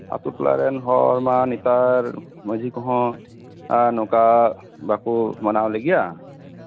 ᱟᱹᱛᱩ ᱴᱚᱞᱟ ᱨᱮᱱ ᱦᱚᱲ ᱞᱢᱟ ᱱᱮᱛᱟᱨ ᱢᱟᱡᱷᱤ ᱠᱚᱦᱚᱸ ᱱᱮᱛᱟᱨ ᱵᱟᱠᱚ ᱢᱟᱱᱟᱣ ᱞᱮᱜᱮᱭᱟ